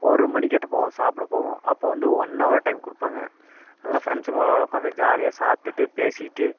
ஒரு மணிக்காட்டம் போவோம் சாப்பிட போவோம் அப்போ வந்து ஒன் ஹவர் டைம் கொடுப்பாங்க எல்லாம் ஃப்ரெண்ட்ஸுங்களோடு உக்காந்து ஜாலியாக சாப்பிட்டுட்டு பேசிகிட்டு